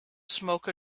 smoke